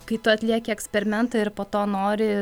kai tu atlieki eksperimentą ir po to nori